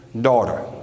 daughter